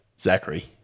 Zachary